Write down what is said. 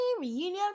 reunion